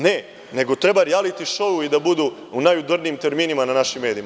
Ne, nego treba rijaliti šouovi da budu u najudarnijim terminima na našim medijima.